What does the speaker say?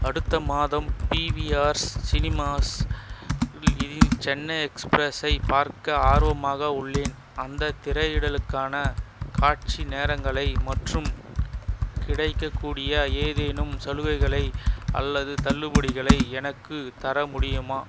அடுத்த மாதம் பிவிஆர்ஸ் சினிமாஸ் இல் இதில் சென்னை எக்ஸ்ப்ரஸ்ஸைப் பார்க்க ஆர்வமாக உள்ளேன் அந்தத் திரையிடலுக்கான காட்சி நேரங்களை மற்றும் கிடைக்கக்கூடிய ஏதேனும் சலுகைகளை அல்லது தள்ளுபடிகளை எனக்குத் தர முடியுமா